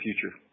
future